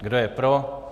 Kdo je pro?